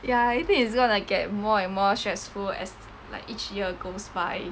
ya I think it's gonna get more and more stressful as like each year goes by